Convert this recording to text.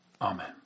Amen